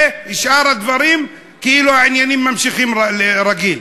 ובשאר הדברים כאילו העניינים נמשכים רגיל.